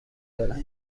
دارد